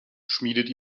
schmiedet